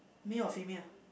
male or female